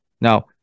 Now